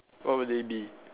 what would they be